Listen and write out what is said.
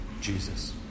Jesus